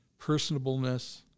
personableness